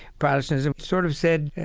protestants have sort of said,